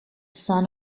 son